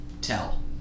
tell